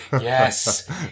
yes